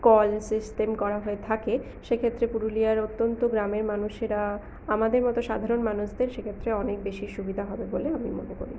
call system করা হয়ে থাকে সেক্ষেত্রে পুরুলিয়ার অত্যন্ত গ্রামের মানুষেরা আমাদের মতো সাধারণ মানুষদের সেক্ষেত্রে অনেক বেশি সুবিধা হবে বলে আমি মনে করি